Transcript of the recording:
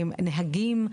נהגים,